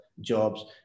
jobs